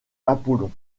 apollon